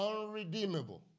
unredeemable